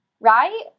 right